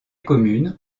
communes